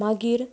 मागीर